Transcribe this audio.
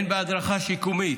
הדרכה שיקומית,